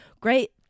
great